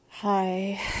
Hi